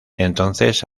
entonces